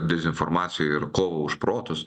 dezinformaciją ir kovą už protus